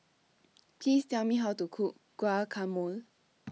Please Tell Me How to Cook Guacamole